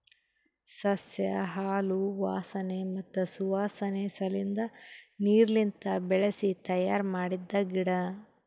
ಸಸ್ಯ ಹಾಲು ವಾಸನೆ ಮತ್ತ್ ಸುವಾಸನೆ ಸಲೆಂದ್ ನೀರ್ಲಿಂತ ಬೆಳಿಸಿ ತಯ್ಯಾರ ಮಾಡಿದ್ದ ಗಿಡ